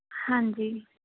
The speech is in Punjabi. ਹਾਂਜੀ